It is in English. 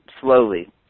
slowly